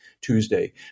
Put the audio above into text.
Tuesday